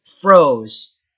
froze